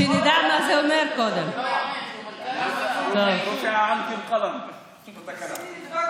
זה שאת לא עוקבת אחרי הטוויטר שלי זה אומר,